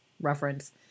reference